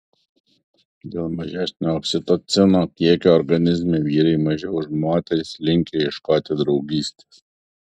dėl mažesnio oksitocino kiekio organizme vyrai mažiau už moteris linkę ieškoti draugystės